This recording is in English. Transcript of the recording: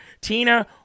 Tina